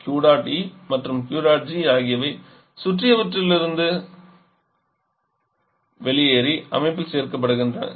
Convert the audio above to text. Q dot E மற்றும் Q dot G ஆகியவை சுற்றியுள்ளவற்றிலிருந்து வெளியேறி அமைப்பில் சேர்க்கப்படுகின்றன